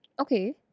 Okay